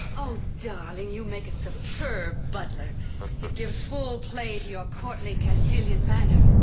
oh, darling, you make a superb butler. it gives full play to your courtly castilian manner. oh,